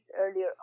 earlier